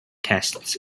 tests